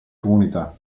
comunità